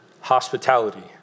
hospitality